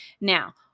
Now